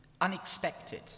unexpected